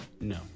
No